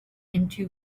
into